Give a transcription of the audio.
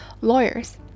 lawyers